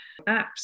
apps